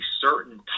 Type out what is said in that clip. certain